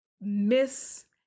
miss